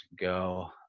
go